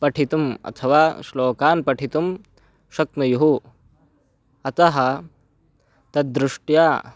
पठितुम् अथवा श्लोकान् पठितुं शक्नुयुः अतः तद् दृष्ट्या